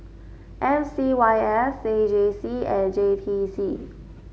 M C Y S A J C and J T C